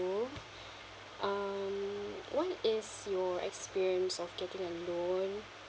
um what is your experience of getting a loan